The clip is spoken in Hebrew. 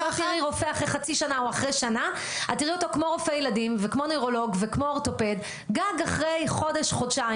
כבר מצאת את הילד, הבאת אותו ואין מי שיטפל.